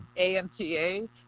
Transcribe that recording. AMTA